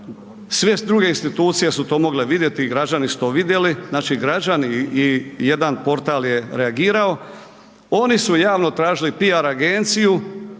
sve druge institucije su to mogle vidjeti i građani su to vidjeli, znači građani i jedan portal je reagirao, oni su javno tražili piar agenciju